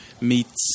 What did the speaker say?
meets